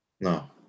No